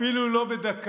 אפילו לא בדקה,